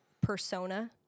persona